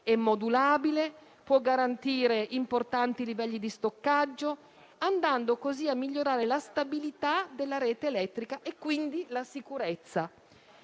è modulabile e può garantire importanti livelli di stoccaggio, andando così a migliorare la stabilità della rete elettrica e quindi la sicurezza.